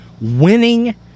Winning